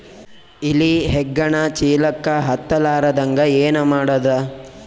ಇಲಿ ಹೆಗ್ಗಣ ಚೀಲಕ್ಕ ಹತ್ತ ಲಾರದಂಗ ಏನ ಮಾಡದ?